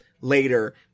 later